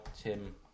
Tim